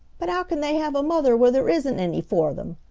but how can they have a mother where there isn't any for them?